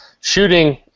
shooting